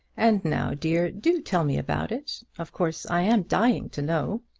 and now, dear, do tell me about it. of course i am dying to know.